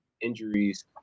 injuries